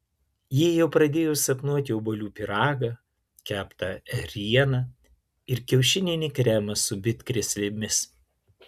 ji jau pradėjo sapnuoti obuolių pyragą keptą ėrieną ir kiaušininį kremą su bitkrėslėmis